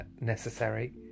necessary